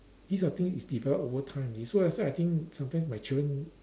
these are things is develop over time so that's why sometimes I think my children